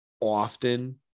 often